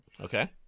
Okay